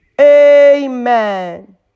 Amen